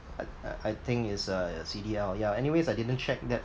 I I I think it's a C_D_L ya anyways I didn't check that